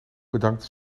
bedankte